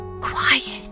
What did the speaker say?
Quiet